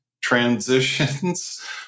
transitions